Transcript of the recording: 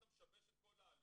אחרת אתה משבש את כל התהליך,